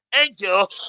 angel